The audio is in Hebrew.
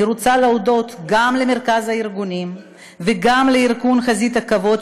אני רוצה להודות גם למרכז הארגונים וגם לארגון חזית הכבוד,